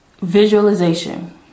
Visualization